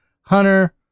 Hunter